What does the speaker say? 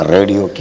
Radio